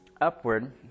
upward